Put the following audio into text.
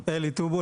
אלי טובול,